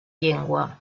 llengua